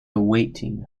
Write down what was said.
awaiting